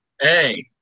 Hey